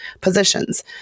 positions